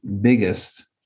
biggest